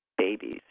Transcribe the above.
babies